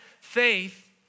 faith